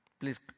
Please